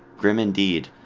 grim indeed,